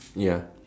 ya